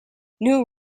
new